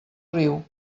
riu